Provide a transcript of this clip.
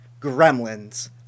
gremlins